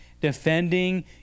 defending